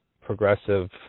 progressive